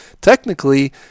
Technically